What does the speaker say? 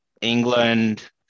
England